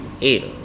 Eight